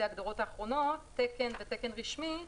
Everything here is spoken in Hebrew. ההגדרות האחרונות: "תקן" ו"תקן רשמי".